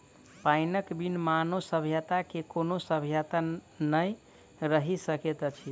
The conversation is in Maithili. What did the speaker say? पाइनक बिन मानव सभ्यता के कोनो सभ्यता नै रहि सकैत अछि